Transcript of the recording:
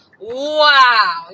wow